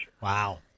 Wow